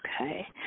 Okay